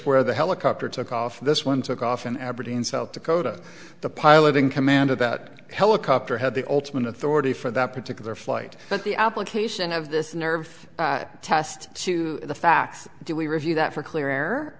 where the helicopter took off this one took off in aberdeen south dakota the pilot in command of that helicopter had the ultimate authority for that particular flight but the application of this nerve test to the facts do we review that for clear air